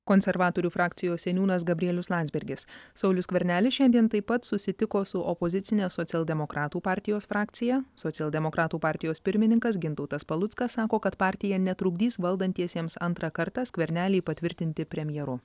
konservatorių frakcijos seniūnas gabrielius landsbergis saulius skvernelis šiandien taip pat susitiko su opozicine socialdemokratų partijos frakcija socialdemokratų partijos pirmininkas gintautas paluckas sako kad partija netrukdys valdantiesiems antrą kartą skvernelį patvirtinti premjeru